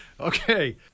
Okay